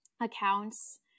accounts